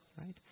right